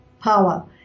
power